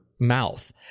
mouth